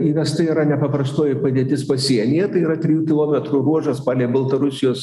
įvesta yra nepaprastoji padėtis pasienyje tai yra trijų kilometrų ruožas palei baltarusijos